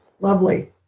Lovely